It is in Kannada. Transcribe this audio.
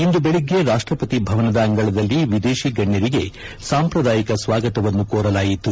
ಇಂದು ಬೆಳಿಗ್ಗೆ ರಾಷ್ವಪತಿ ಭವನದ ಅಂಗಳದಲ್ಲಿ ವಿದೇಶಿ ಗಣ್ಣರಿಗೆ ಸಾಂಪ್ರದಾಯಿಕ ಸ್ವಾಗತವನ್ನು ಕೋರಲಾಯಿತು